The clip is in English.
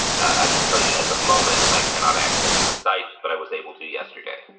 i can tell you at the moment i cannot access the site but i was able to yesterday